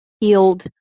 healed